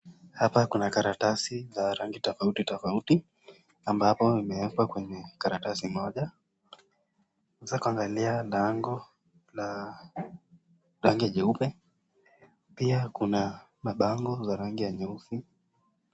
Hapa kuna karatasi za rangi tofauti tofauti ambapo zimewekwa kwenye karatasi moja. Sasa kuangalia bango la rangi jeupe. Pia kuna mabango za rangi ya nyeusi.